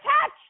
touch